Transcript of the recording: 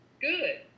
good